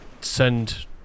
send